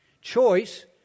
choice